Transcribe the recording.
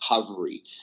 recovery